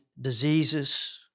Diseases